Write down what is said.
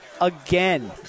again